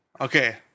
Okay